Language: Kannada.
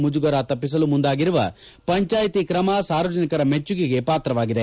ಮುಜುಗರ ತಪ್ಪಿಸಲು ಮುಂದಾಗಿರುವ ಪಂಚಾಯಿತಿ ಕ್ರಮ ಸಾರ್ವಜನಿಕರ ಮೆಚ್ಚುಗೆಗೆ ಪಾತ್ರವಾಗಿದೆ